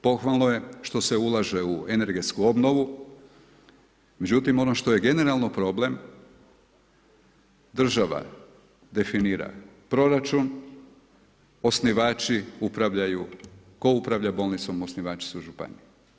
Pohvalno je što se ulaže u energetsku obnovu međutim ono što je generalno problem, država definira proračun, osnivači upravljaju, tko upravlja bolnicom, osnivači su županije.